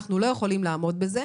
אנחנו לא יכולים לעמוד בזה.